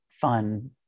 fun